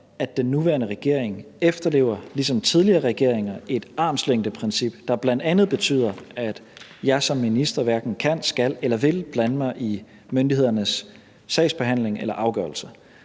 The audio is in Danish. at den nuværende regering ligesom tidligere regeringer efterlever et armslængdeprincip, der bl.a. betyder, at jeg som minister hverken kan, skal eller vil blande mig i myndighedernes sagsbehandling eller afgørelse.